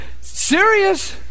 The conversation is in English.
serious